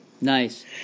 Nice